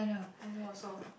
I know also